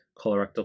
colorectal